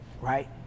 right